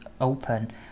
open